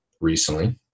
recently